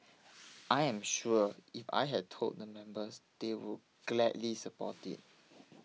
I am sure if I had told the members they would gladly support it